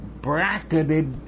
bracketed